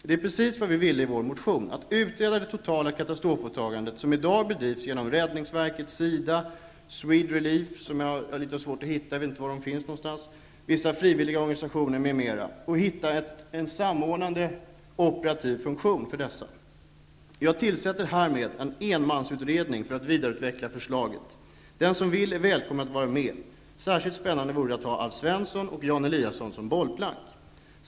Det var precis detta vi ville i vår motion, att utreda det totala katastrofåtagandet, som i dag bedrivs genom räddningsverket, SIDA, Swederelief, som jag har funnit det svårt att hitta -- jag vet inte var det finns någonstans --, vissa frivilligorganisationer m.m., och se om man kunde finna en operativ samordnande funktion. Jag tillsätter härmed en enmansutredning för att vidareutveckla förslaget. Den som vill är välkommen att vara med. Särskilt spännande vore det att ha Alf Svensson och Jan Eliasson som bollplank.